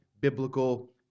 biblical